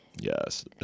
yes